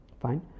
Fine